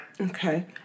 okay